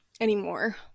anymore